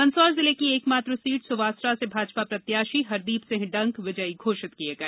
मंदसौर जिले की एक मात्र सीट सुवासरा से भाजपा प्रत्याशी हरदीप सिंह डंग विजय घोषित किये गए